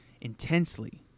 intensely